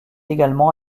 également